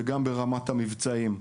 וגם ברמת המבצעים.